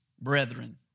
brethren